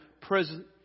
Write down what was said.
present